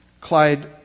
Clyde